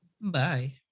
bye